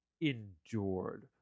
endured